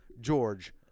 George